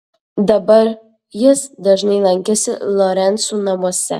dabar jis dažnai lankėsi lorencų namuose